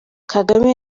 kagame